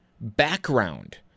background